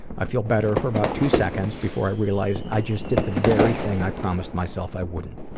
i feel better for about two seconds before i realized i just did the very thing i promised myself i wouldn't.